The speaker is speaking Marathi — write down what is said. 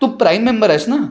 तू प्राईम मेंबर आहेस ना